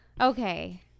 Okay